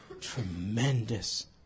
Tremendous